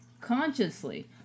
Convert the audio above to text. consciously